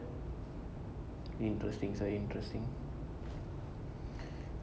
interesting interesting